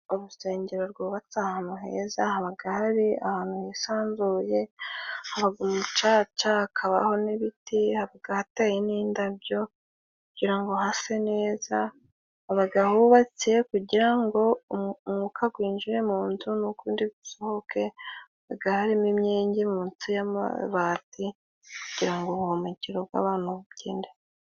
Urusengero rwubatse ahantu heza, habaga hari ahantu hisanzuye, habaga umucaca, hakabaho n'ibiti, habaga hateye n'indabyo kugira hase neza. Habaga hubatse kugira ngo umwuka gwinjire mu nzu n'ugundi gusohoke, habaga harimo imyenge mu nsi y'amabati, kugira ngo ubuhumekero bw'abantu bugende...